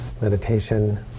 meditation